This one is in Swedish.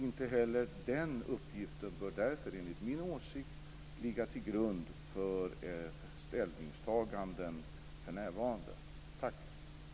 Inte heller den uppgiften bör därför enligt min åsikt ligga till grund för ställningstaganden för närvarande. Tack!